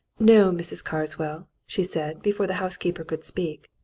no, mrs. carswell, she said, before the housekeeper could speak,